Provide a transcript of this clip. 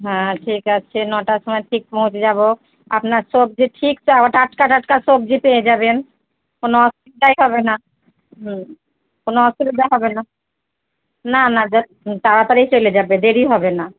হ্যাঁ ঠিক আছে নটার সময় ঠিক পৌঁছে যাব আপনার সবজি ঠিক টা টাটকা টাটকা সবজি পেয়ে যাবেন কোনও অসুবিধাই হবে না হুম কোনও অসুবিধা হবে না না না যত হুঁ তাড়াতাড়িই চলে যাবে দেরি হবে না